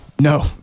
no